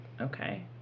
okay